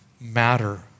matter